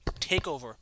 TakeOver